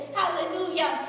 hallelujah